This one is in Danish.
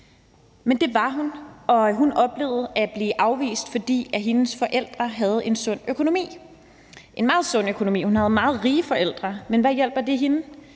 men det var hun. Hun oplevede at blive afvist, fordi hendes forældre havde en sund økonomi – en meget sund økonomi; hun havde meget rige forældre – men hvad hjalp det hende,